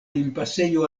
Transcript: limpasejo